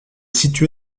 situé